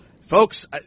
folks